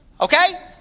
Okay